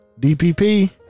DPP